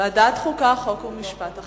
ועדת החוקה, חוק ומשפט.